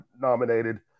nominated